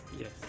Yes